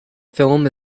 film